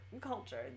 culture